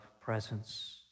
presence